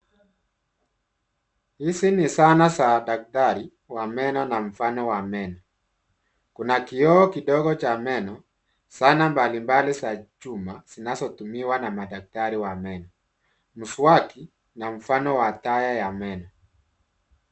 Hizi ni sana saa daktari wa meno na mfano wa meno. Kuna kioo kidogo Cha meno, sana mbalimbali za chuma zinazotumiwa na madaktari wa meno, muswaki na mfano wa taya ya meno